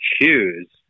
choose